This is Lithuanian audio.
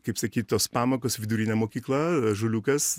kaip sakyt tos pamokos vidurinė mokykla ąžuoliukas